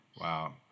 Wow